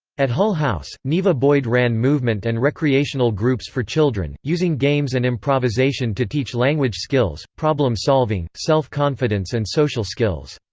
at hull house, neva boyd ran movement and recreational groups for children, using games and improvisation to teach language skills, problem-solving, self-confidence and social skills.